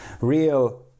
real